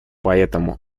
поэтому